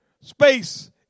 space